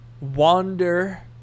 wander